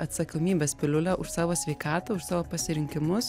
atsakomybės piliulė už savo sveikatą už savo pasirinkimus